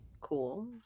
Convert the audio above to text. Cool